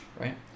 right